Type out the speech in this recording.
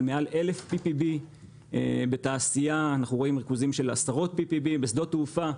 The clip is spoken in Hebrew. מעל PPB 1,000. בתעשייה אנחנו רואים ריכוזים של עשרות PPB. בשדות תעופה,